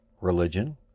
religion